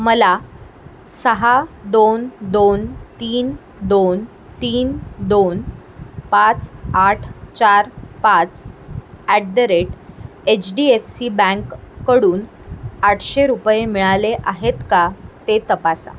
मला सहा दोन दोन तीन दोन तीन दोन पाच आठ चार पाच at the rate H D F C bank कडून आठशे रुपये मिळाले आहेत का ते तपासा